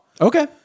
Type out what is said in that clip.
Okay